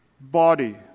body